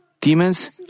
demons